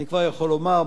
אני כבר יכול לומר,